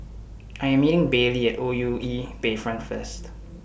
I Am meeting Baylie At O U E Bayfront First